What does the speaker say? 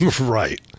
Right